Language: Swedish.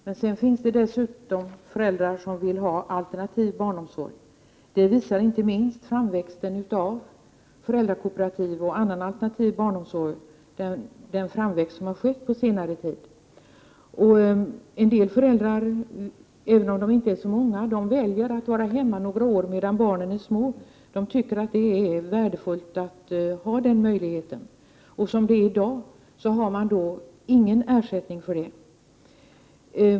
Men det finns föräldrar som vill ha en alternativ barnomsorg. Det visar inte minst den framväxt av föräldrakooperativ och annan alternativ barnomsorg som skett på senare tid. En del föräldrar — även om de inte är så många — väljer att vara hemma några år medan barnen är små. De tycker det är värdefullt att ha den möjligheten. I dag har de ingen ersättning för detta.